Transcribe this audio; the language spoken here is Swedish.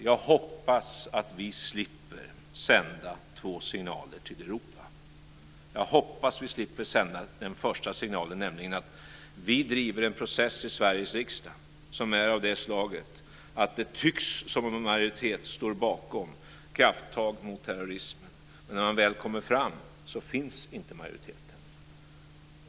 Jag hoppas att vi slipper sända två signaler till Europa. Den första signalen jag hoppas att vi slipper sända är att vi driver en process i Sveriges riksdag som är av det slaget att det tycks som om en majoritet står bakom krafttag mot terrorismen, men när man väl kommer fram så finns inte majoriteten.